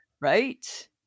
right